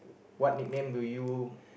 what nickname do you